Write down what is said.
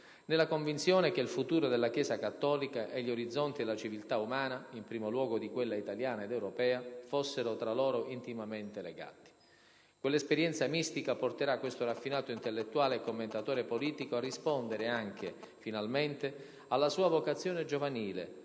nella convinzione che il futuro della Chiesa cattolica e gli orizzonti della civiltà umana, in primo luogo di quella italiana ed europea, fossero tra loro intimamente legati. Quell'esperienza mistica porterà questo raffinato intellettuale e commentatore politico a rispondere anche, finalmente, alla sua vocazione giovanile,